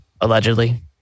allegedly